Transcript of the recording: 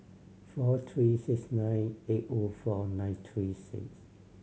four three six nine eight O four nine three six